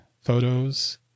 photos